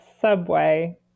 Subway